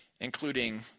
including